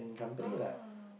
ah